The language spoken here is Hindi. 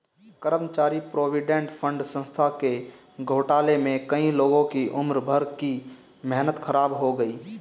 कर्मचारी प्रोविडेंट फण्ड संस्था के घोटाले में कई लोगों की उम्र भर की मेहनत ख़राब हो गयी